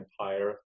Empire